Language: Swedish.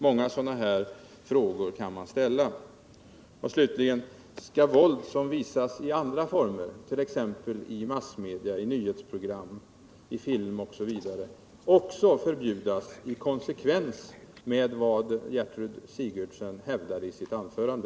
Många sådana här frågor kan man ställa. Slutligen vill jag fråga: Skall våld som visas i andra former, i massmedia, i nyhetsprogram, i film osv., också förbjudas i konsekvens med vad Gertrud Sigurdsen hävdade i sitt anförande?